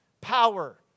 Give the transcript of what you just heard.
power